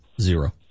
Zero